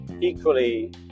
equally